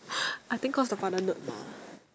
I think cause the father nerd mah